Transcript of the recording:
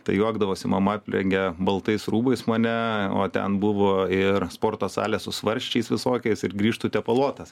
tai juokdavosi mama aplengia baltais rūbais mane o ten buvo ir sporto salė su svarsčiais visokiais ir grįžtu tepaluotas